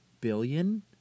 billion